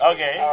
Okay